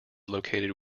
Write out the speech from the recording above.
located